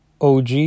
OG